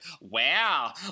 wow